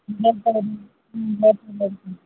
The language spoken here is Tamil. ம் ஓகே மேம் ஓகே மேம்